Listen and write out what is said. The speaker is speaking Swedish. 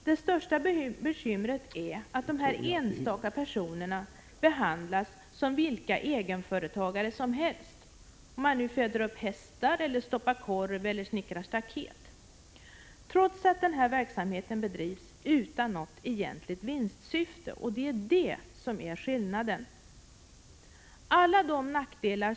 Det största bekymret är att dessa enstaka personer behandlas som vilka egenföretagare som helst — t.ex. sådana som föder upp hästar, stoppar korv eller snickrar staket — trots att deras verksamhet bedrivs utan något egentligt Prot. 1985/86:128 vinstsyfte. Det är detta som skiljer dem från övriga egenföretagare.